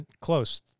close